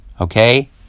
okay